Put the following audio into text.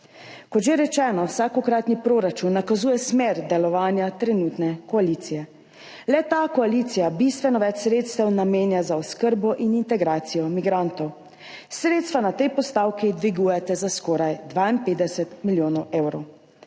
Kot že rečeno, vsakokratni proračun nakazuje smer delovanja trenutne koalicije. Ta koalicija bistveno več sredstev namenja za oskrbo in integracijo migrantov. Sredstva na tej postavki dvigujete za skoraj 52 milijonov evrov.